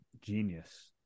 genius